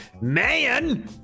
man